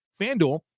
fanduel